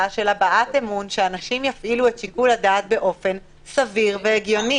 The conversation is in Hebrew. רוצים שאנשים יפעילו שיקול דעת באופן סביר והגיוני.